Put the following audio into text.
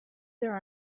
there